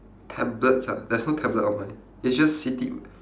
tablets ah there's no tablet on mine it's just city